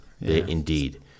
indeed